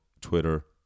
Twitter